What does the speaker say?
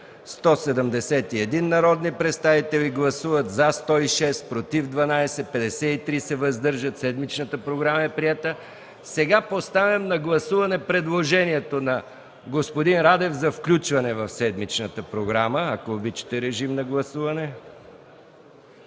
171 народни представители: за 106, против 12, въздържали се 53. Седмичната програма е приета. Поставям на гласуване предложението на господин Радев за включване в седмичната програма. Режим на гласуване!